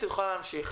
את יכולה להמשיך.